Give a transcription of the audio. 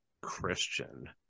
Christian